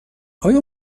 آیا